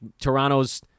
Toronto's